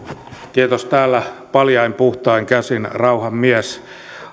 kiitos täällä paljain puhtain käsin rauhan mies